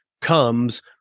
comes